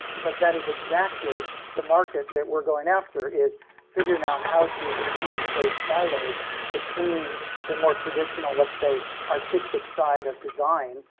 because that is exactly the market that we're going after, is figuring out how to reduce those silos between a more traditional, let's say, artistic side of design,